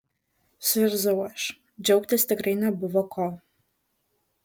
suirzau aš džiaugtis tikrai nebuvo ko